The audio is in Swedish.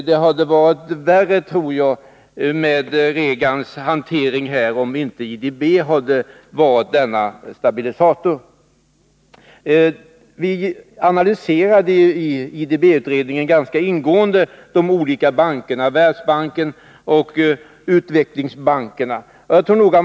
Det hade varit värre med Reagans hantering där om inte IDB hade varit denna stabilisator. Vi analyserade i IDB-utredningen ganska ingående de olika bankerna, Världsbanken och Interamerikanska utvecklingsbanken.